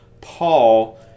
Paul